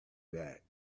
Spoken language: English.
back